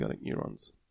neurons